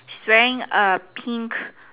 she's wearing a pink